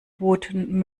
booten